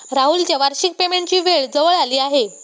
राहुलच्या वार्षिक पेमेंटची वेळ जवळ आली आहे